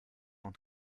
und